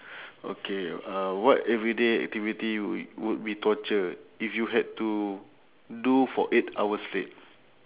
okay uh what everyday activity w~ would be torture if you had to do for eight hours straight